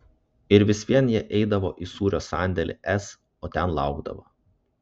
ir vis vien jie eidavo į sūrio sandėlį s o ten laukdavo